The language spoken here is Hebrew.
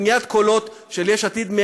קניית קולות של יש עתיד,